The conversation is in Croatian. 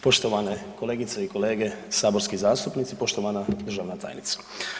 Poštovane kolegice i kolege saborski zastupnici, poštovana državna tajnice.